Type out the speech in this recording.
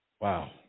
Wow